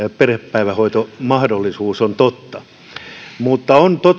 päivähoitomahdollisuus on totta on